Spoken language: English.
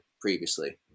previously